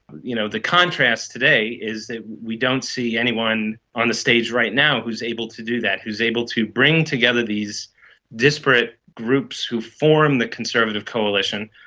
you know, the contrast today is that we don't see anyone on the stage right now who's able to do that who's able to bring together these disparate groups who form the conservative coalition.